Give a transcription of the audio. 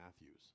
Matthews